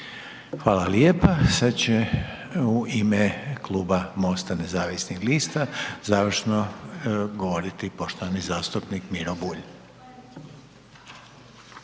Hvala lijepa, sad će u ime Kluba MOST-a nezavisnih lista završno govoriti poštovani zastupnik Miro Bulj.